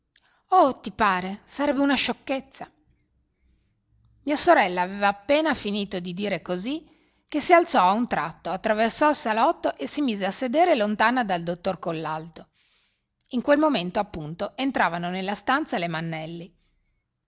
oh ti pare sarebbe una sciocchezza mia sorella aveva appena finito di dire così che si alzò a un tratto attraversò il salotto e si mise a sedere lontana dal dottor collalto in quel momento appunto entravano nella stanza le mannelli